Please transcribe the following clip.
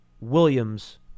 Williams –